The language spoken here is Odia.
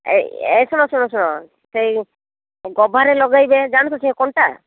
ଏ ଏ ଶୁଣ ଶୁଣ ଶୁଣ ସେଇ ଗଭାରେ ଲଗେଇବେ ଜାଣିଛ ସେ କଣ୍ଟା